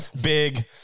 big